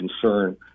concern